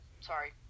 sorry